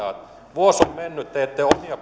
vuosi on mennyt te ette omia